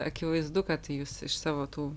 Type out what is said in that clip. akivaizdu kad jūs iš savo tų